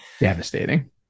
devastating